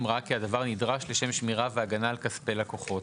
אם ראה כי הדבר נדרש לשם שמירה והגנה על כספי לקוחות.